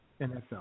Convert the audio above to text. NFL